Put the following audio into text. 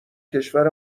کشور